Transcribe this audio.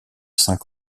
cinq